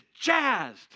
jazzed